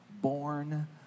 born